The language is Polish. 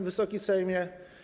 Wysoki Sejmie!